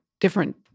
different